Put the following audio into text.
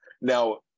now